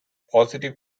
positive